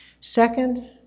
Second